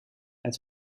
het